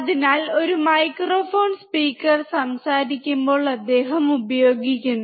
അതിനാൽ ഒരു microphone speaker സംസാരിക്കുമ്പോൾ അദ്ദേഹം ഉപയോഗിക്കുന്നു